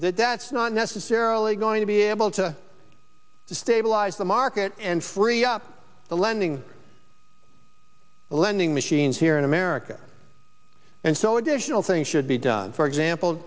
that's not necessarily going to be able to stabilize the market and free up the lending lending machines here in america and so additional things should be done for example